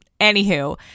Anywho